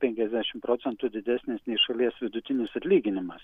penkiasdešim procentų didesnės nei šalies vidutinis atlyginimas